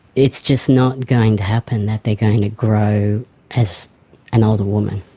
it's just not going to happen that they're going to grow as an older woman,